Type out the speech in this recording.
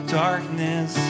darkness